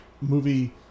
movie